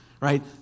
right